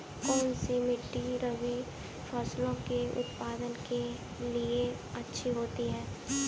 कौनसी मिट्टी रबी फसलों के उत्पादन के लिए अच्छी होती है?